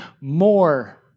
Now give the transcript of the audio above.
more